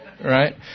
Right